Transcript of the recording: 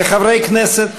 כחברי הכנסת,